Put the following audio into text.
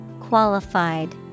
Qualified